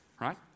right